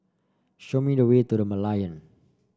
show me the way to The Merlion